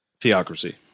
theocracy